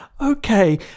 okay